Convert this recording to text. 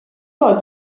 poi